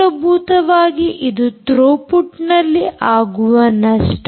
ಮೂಲಭೂತವಾಗಿ ಇದು ಥ್ರೋಪುಟ್ನಲ್ಲಿ ಆಗುವ ನಷ್ಟ